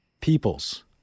Peoples